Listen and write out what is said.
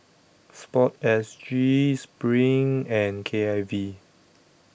Sport S G SPRING and K I V